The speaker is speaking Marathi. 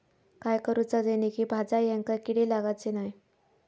काय करूचा जेणेकी भाजायेंका किडे लागाचे नाय?